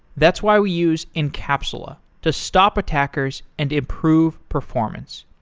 that's why we use encapsula to stop attackers and improve performance.